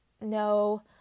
no